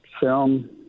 film